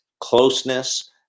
closeness